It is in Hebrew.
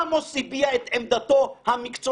עמוס האוזנר הביע את עמדתו המקצועית